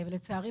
לצערי,